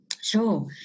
Sure